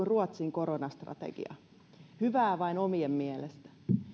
ruotsin koronastrategia hyvää vain omien mielestä